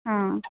ആ